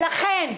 ולכן,